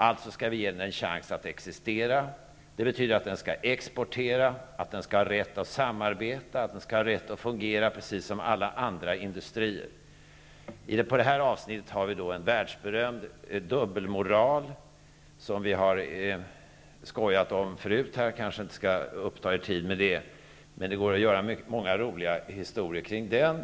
Alltså skall vi ge den en chans att existera. Det betyder att den skall exportera, att den skall ha rätt att samarbeta och att den skall ha rätt att fungera precis som alla andra industrier. Inom detta avsnitt har vi en världsberömd dubbelmoral som vi har skojat om förut, men jag kanske inte skall uppta kammarens tid med det. Men det går att göra många roliga historier kring den.